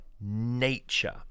nature